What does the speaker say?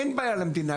אין בעיה למדינה.